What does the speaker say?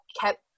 kept